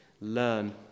learn